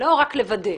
ולא: רק לוודא.